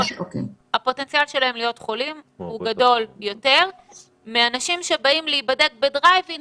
הפוטנציאל שלהם להיות חולים גדול יותר מאנשים שבאים להידבק בדרייב-אין